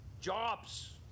jobs